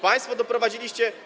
Państwo doprowadziliście.